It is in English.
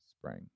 spring